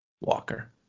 Walker